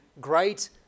great